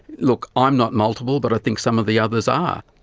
look, i'm not multiple but i think some of the others are.